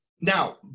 now